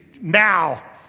now